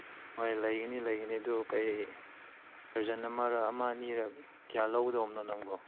ꯍꯣꯏ ꯂꯩꯒꯅꯤ ꯂꯩꯒꯅꯤ ꯑꯗꯨ ꯀꯔꯤ ꯗꯔꯖꯟ ꯑꯃꯔꯥ ꯑꯃ ꯑꯅꯤꯔꯥ ꯀꯌꯥ ꯂꯧꯒꯗꯧꯕꯅꯣ ꯅꯪꯕꯣ